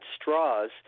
straws